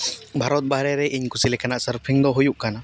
ᱵᱷᱟᱨᱚᱛ ᱵᱟᱨᱦᱮ ᱨᱮ ᱤᱧ ᱠᱩᱥᱤ ᱞᱮᱠᱟᱱᱟᱜ ᱥᱟᱨᱯᱷᱤᱝ ᱫᱚ ᱦᱩᱭᱩᱜ ᱠᱟᱱᱟ